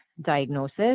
diagnosis